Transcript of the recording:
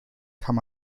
kann